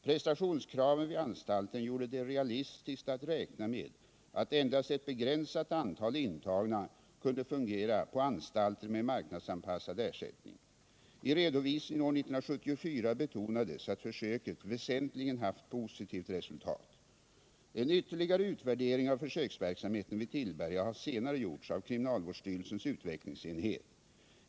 Prestationskraven vid anstalten gjorde det realistiskt att räkna med att endast ett begränsat antal intagna kunde fungera på anstalter med marknadsanpassad ersättning. I redovisningen år 1974 betonades att försöket väsentligen haft ett positivt resultat. En ytterligare utvärdering av försöksverksamheten vid Tillberga har senare gjorts av kriminalvårdsstyrelsens utvecklingsenhet.